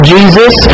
Jesus